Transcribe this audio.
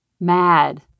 mad